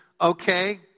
Okay